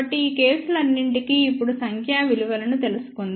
కాబట్టి ఈ కేసులన్నింటికీ ఇప్పుడు సంఖ్యా విలువలను తెలుసుకుందాం